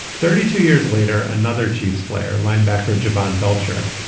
thirty two years later, another chiefs player, linebacker jovan belcher,